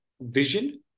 vision